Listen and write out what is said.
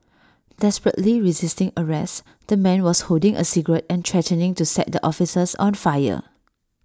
desperately resisting arrest the man was holding A cigarette and threatening to set the officers on fire